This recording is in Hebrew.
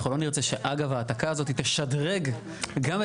אנחנו לא נרצה שההעתקה הזאת תשדרג גם את